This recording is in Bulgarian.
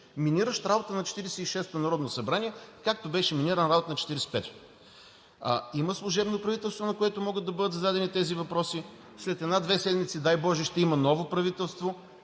миниращ работата на 46-ото народно събрание, както беше минирана работата на 45-ото. Има служебно правителство, на което могат да бъдат зададени тези въпроси. След една-две седмици, дай боже, ще има ново правителство,